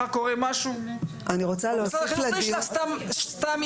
מחר קורה משהו, משרד החינוך לא ישלח סתם אישור.